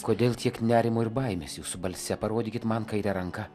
kodėl tiek nerimo ir baimės jūsų balse parodykit man kairę ranką